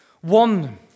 one